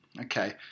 Okay